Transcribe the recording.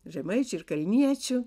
žemaičių ir kalniečių